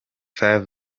five